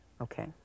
Okay